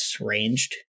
ranged